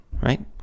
right